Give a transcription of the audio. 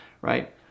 right